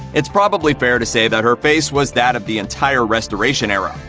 it's probably fair to say that her face was that of the entire restoration era.